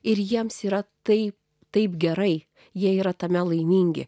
ir jiems yra taip taip gerai jie yra tame laimingi